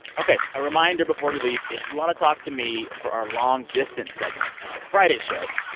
ok, a reminder before we leave if you want to talk to me for our long distance segment in our friday show,